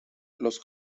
los